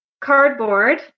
cardboard